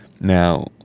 now